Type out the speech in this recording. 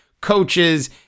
coaches